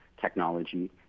technology